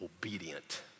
obedient